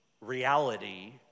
reality